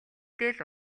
дээл